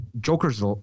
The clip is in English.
Joker's